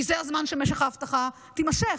כי זה הזמן שמשך ההבטחה יימשך.